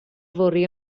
fory